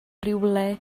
rywle